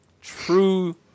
true